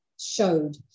showed